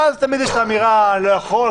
אבל תמיד יש את האמירה: "אני לא יכול",